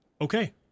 okay